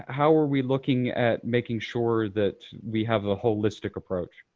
how are we looking at making sure that we have a holistic approach?